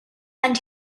and